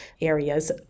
areas